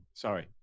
Sorry